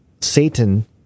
Satan